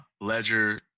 ledger